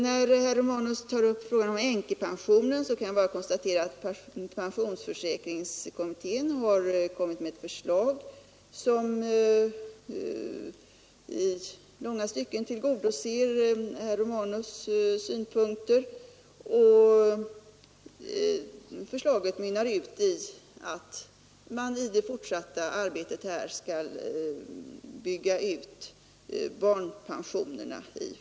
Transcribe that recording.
Vad beträffar herr Romanus” fråga om änkepensionen kan jag bara konstatera att pensionsförsäkringskommittén har kommit med ett förslag, som i långa stycken tillgodoser hans synpunkter. Förslaget mynnar ut i att man i det fortsatta arbetet skall bygga ut i första hand barnpensionerna.